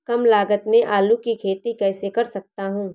कम लागत में आलू की खेती कैसे कर सकता हूँ?